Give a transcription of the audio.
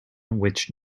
which